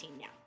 now